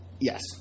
Yes